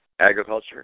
agriculture